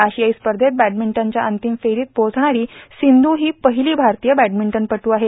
आशियाई स्पर्धेत बॅटमिंटनच्या अंतिम फेरीत पोहोचणारी सिंधू ही पहिली भारतीय बॅटमिंटनपटू आहे